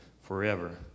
forever